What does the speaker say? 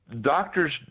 Doctors